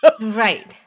Right